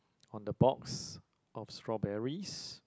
on the box of strawberries